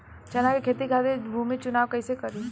चना के खेती खातिर भूमी चुनाव कईसे करी?